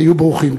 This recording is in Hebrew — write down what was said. היו ברוכים.